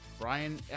Brian